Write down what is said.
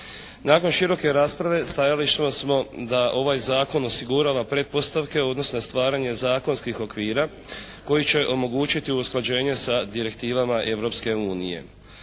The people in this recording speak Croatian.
Nakon široke rasprave stajališno smo da ovaj zakon osigurava pretpostavke u odnosu na stvaranje zakonskih okvira koji će omogućiti usklađenje sa direktivama